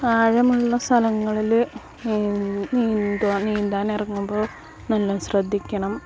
ആഴമുള്ള സ്ഥലങ്ങളിൽ നീന്തുക നീന്താൻ ഇറങ്ങുമ്പോൾ നല്ല ശ്രദ്ധിക്കണം